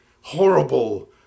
horrible